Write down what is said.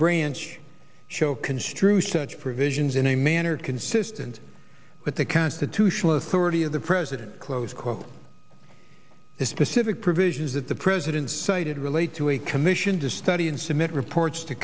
branch show construe such provisions in a manner consistent with the constitutional authority of the president close quote the specific provisions that the president cited relate to a commission to study and submit reports to